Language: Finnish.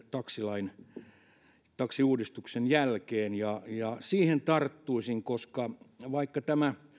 taksilain uudistuksen jälkeen siihen tarttuisin koska vaikka tämä